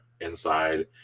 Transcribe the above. inside